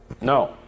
No